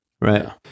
right